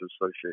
Association